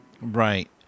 Right